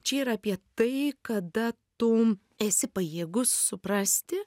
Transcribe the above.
čia yra apie tai kada tu esi pajėgus suprasti